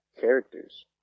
characters